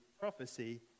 Prophecy